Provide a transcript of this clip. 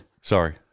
sorry